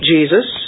Jesus